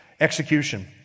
execution